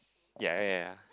ya ya ya